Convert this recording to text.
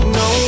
no